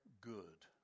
good